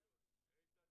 אני מתכבד